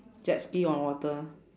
jet ski on water